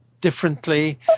differently